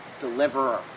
deliverer